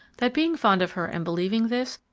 that being fond of her and believing this,